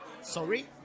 Sorry